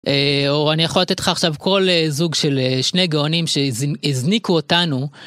אור, אני יכול לתת לך עכשיו כל זוג של שני גאונים שהזניקו אותנו